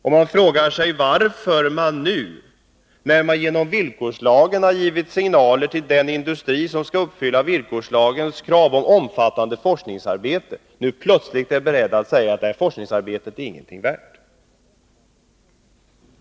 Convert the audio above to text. Och man frågar sig varför centern nu, när vi genom villkorslagen har givit signaler till den industri som skall uppfylla villkorslagens krav och bedriva omfattande forskningsarbete, plötsligt är beredd att säga att det forskningsarbetet är ingenting värt.